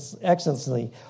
excellency